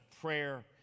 prayer